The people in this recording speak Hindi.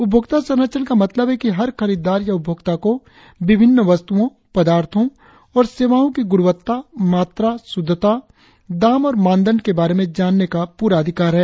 उपभोक्ता संरक्षण का मतलब है कि हर खरीददार या उपभोक्ता को विभिन्न वस्तुओं पदार्थों और सेवाओं की गुणवत्ता मात्रा शुद्धता दाम और मानदंड के बारे में जानने का पूरा अधिकार है